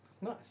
Nice